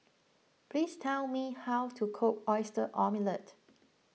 please tell me how to cook Oyster Omelette